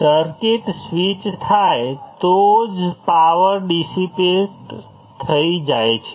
circuit switch થાય તો જ પાવર ડિસિપેટ થઈ જાય છે